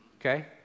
Okay